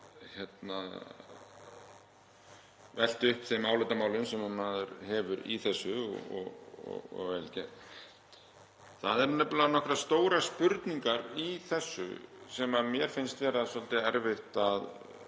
velti upp þeim álitamálum sem maður hefur í þessu og var vel gerð. Það eru nefnilega nokkrar stórar spurningar í þessu sem mér finnst vera svolítið